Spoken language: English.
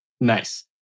nice